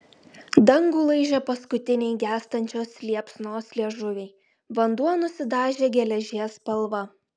dangų laižė paskutiniai gęstančios liepsnos liežuviai vanduo nusidažė geležies spalva